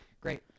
great